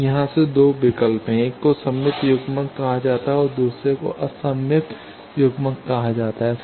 अब यहाँ से 2 विकल्प हैं एक को सममित युग्मक कहा जाता है और दूसरे को असममित युग्मक कहा जाता है